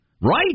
Right